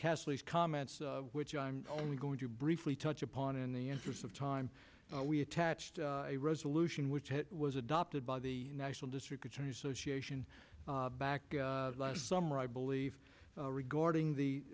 cassilis comments which i'm only going to briefly touch upon in the interest of time we attached a resolution which was adopted by the national district attorneys association back last summer i believe regarding the